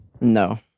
No